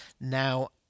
now